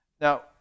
Now